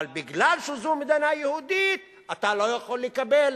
אבל בגלל שזו מדינה יהודית אתה לא יכול לקבל.